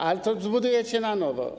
Ale to zbudujecie na nowo.